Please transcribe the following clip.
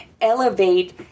elevate